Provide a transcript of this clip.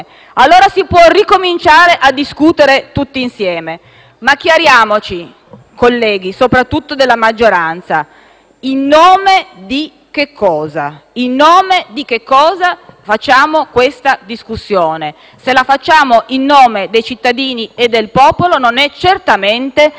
rivolgo soprattutto alla maggioranza - in nome di che cosa? In nome di che cosa facciamo questa discussione? Se la facciamo in nome dei cittadini e del popolo, non è certamente per togliere lo scettro della democrazia ai cittadini e al popolo. Grazie.